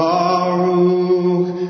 Baruch